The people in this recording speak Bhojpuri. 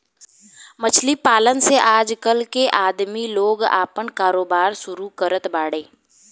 मछली पालन से आजकल के आदमी लोग आपन कारोबार शुरू करत बाड़े